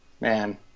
man